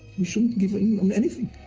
we shouldn't give in on anything.